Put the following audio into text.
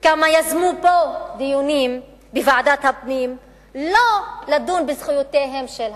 כמה יזמו פה דיונים בוועדת הפנים לא לדון בזכויותיהם של הערבים,